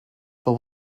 but